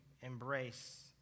embrace